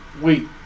Wait